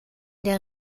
der